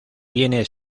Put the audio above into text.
viene